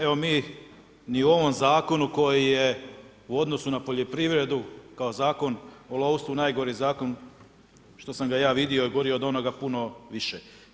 Evo mi ni u ovom zakonu koji je u odnosu na poljoprivredu kao Zakon o lovstvu najgori zakon što sam ga ja vidio i gori je od onoga puno više.